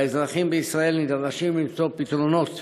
והאזרחים בישראל נדרשים למצוא פתרונות